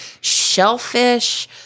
Shellfish